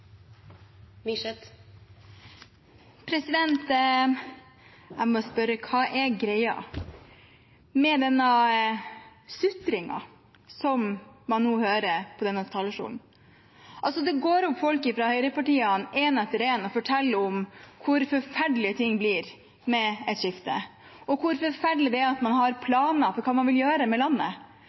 greia med denne sutringen som man nå hører fra denne talerstolen? Det går opp folk fra høyrepartiene, en etter en, og forteller om hvor forferdelig ting blir med et skifte, og om hvor forferdelig det er at man har planer for hva man vil gjøre med landet.